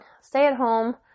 stay-at-home